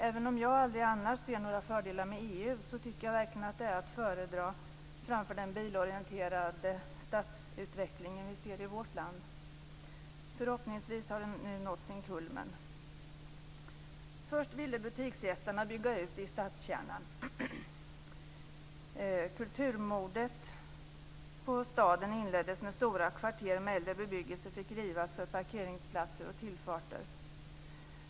Även om jag aldrig annars ser några fördelar med EU, tycker jag verkligen att det är att föredra framför den bilorienterade stadsutveckling vi ser i vårt land. Förhoppningsvis har den nu nått sin kulmen. Först ville butiksjättarna bygga ut i stadskärnan. Kulturmordet på staden inleddes när stora kvarter med äldre bebyggelse fick rivas för parkeringsplatser och tillfarter.